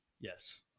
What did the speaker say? Yes